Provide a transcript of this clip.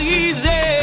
easy